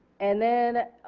and then